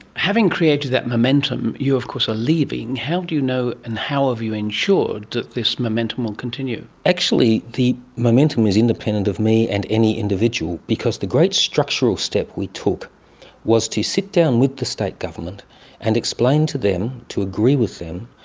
having created that momentum, you of course are leaving. how do you know and how have you ensured that this momentum will continue? actually the momentum is independent of me and any individual, because the great structural step we took was to sit down with the state government and explain to them, to agree with them,